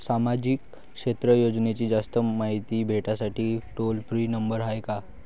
सामाजिक क्षेत्र योजनेची जास्त मायती भेटासाठी टोल फ्री नंबर हाय का?